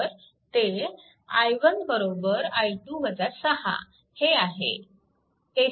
तर ते i1 i2 6 हे आहे